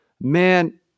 man